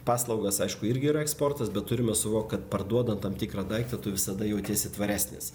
paslaugos aišku irgi yra eksportas bet turime suvokt kad parduodant tam tikrą daiktą tu visada jautiesi tvaresnis